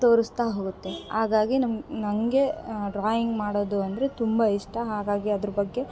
ತೋರಿಸ್ತಾ ಹೋಗುತ್ತೆ ಹಾಗಾಗಿ ನಮ್ಮ ನನಗೆ ಡ್ರಾಯಿಂಗ್ ಮಾಡೋದು ಅಂದರೆ ತುಂಬಾ ಇಷ್ಟ ಹಾಗಾಗಿ ಅದ್ರ ಬಗ್ಗೆ